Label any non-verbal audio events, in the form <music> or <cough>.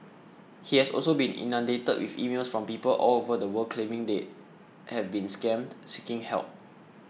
<noise> he has also been inundated with emails from people all over the world claiming they have been scammed seeking help